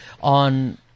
on